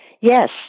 Yes